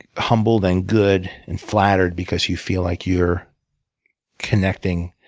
humbled, and good, and flattered, because you feel like you're connecting.